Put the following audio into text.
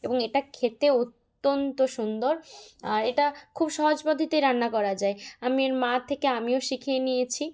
এবং এটা খেতে অত্যন্ত সুন্দর আর এটা খুব সহজ পদ্ধতিতেই রান্না করা যায় আমির মার থেকে আমিও শিখিয়ে নিয়েছি